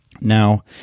Now